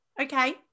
Okay